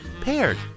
paired